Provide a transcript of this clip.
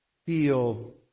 feel